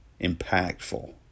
impactful